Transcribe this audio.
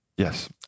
Yes